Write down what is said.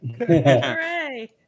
Hooray